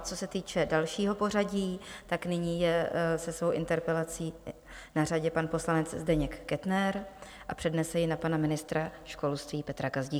Co se týče dalšího pořadí, nyní je se svou interpelací na řadě pan poslanec Zdeněk Kettner a přednese ji na pana ministra školství Petra Gazdíka.